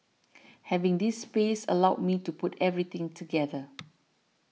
having this space allowed me to put everything together